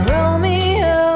Romeo